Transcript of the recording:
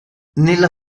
nella